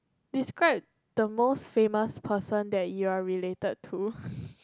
describe the most famous person that you're related to